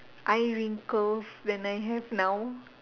eye wrinkles than I have now